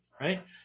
right